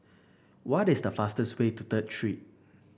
what is the fastest way to Third Street